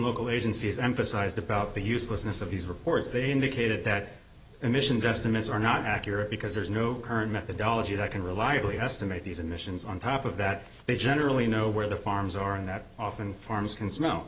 agencies emphasized about the uselessness of these reports they indicated that emissions estimates are not accurate because there's no current methodology that can reliably estimate these and missions on top of that they generally know where their farms are and that often farms can smell